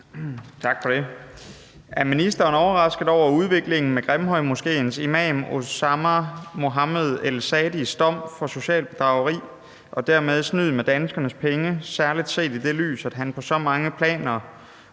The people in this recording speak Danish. Tak for det. Er ministeren overrasket over udviklingen med Grimhøjmoskeens imam Oussama Mohamad El-Saadis dom for socialt bedrageri og dermed snyd med danskernes penge, særlig set i det lys, at han på så mange planer